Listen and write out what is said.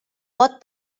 pot